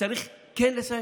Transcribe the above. צריך כן לסיים,